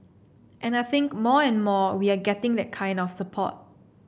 and I think more and more we are getting that kind of support